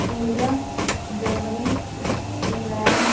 India Germany England